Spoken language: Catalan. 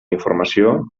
informació